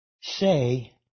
say